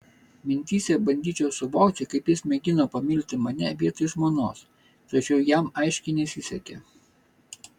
mintyse bandyčiau suvokti kaip jis mėgino pamilti mane vietoj žmonos tačiau jam aiškiai nesisekė